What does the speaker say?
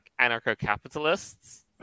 anarcho-capitalists